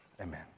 Amen